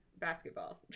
basketball